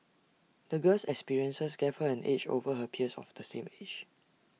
the girl's experiences gave her an edge over her peers of the same age